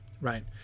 Right